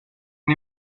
and